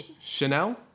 chanel